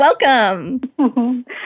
Welcome